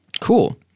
Cool